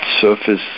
surface